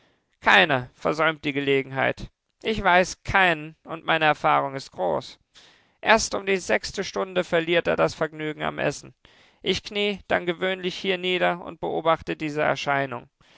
keiner versäumt die gelegenheit ich weiß keinen und meine erfahrung ist groß erst um die sechste stunde verliert er das vergnügen am essen ich knie dann gewöhnlich hier nieder und beobachte diese erscheinung